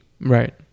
Right